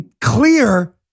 clear